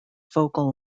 focal